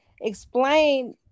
explain